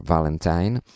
Valentine